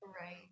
Right